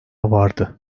vardı